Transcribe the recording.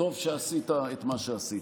טוב שעשית את מה שעשית.